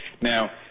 Now